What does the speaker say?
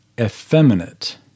effeminate